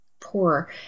poor